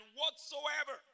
whatsoever